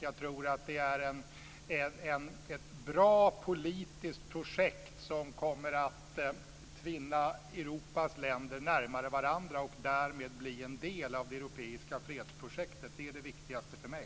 Jag tror att det är ett bra politiskt projekt som kommer att tvinna Europas länder närmare varandra och därmed bli en del av det europeiska fredsprojektet. Det är det viktigaste för mig.